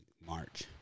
March